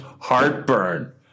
heartburn